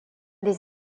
des